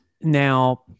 Now